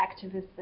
activists